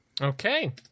Okay